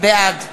בעד